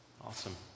awesome